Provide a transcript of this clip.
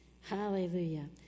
Hallelujah